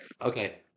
okay